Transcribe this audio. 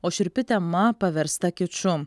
o šiurpi tema paversta kiču